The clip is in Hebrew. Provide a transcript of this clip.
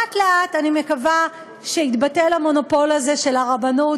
לאט-לאט אני מקווה שיתבטל המונופול הזה של הרבנות,